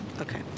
okay